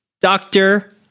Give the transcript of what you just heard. Doctor